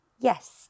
Yes